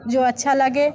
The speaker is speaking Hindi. जो अच्छा लगे